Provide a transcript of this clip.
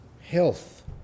health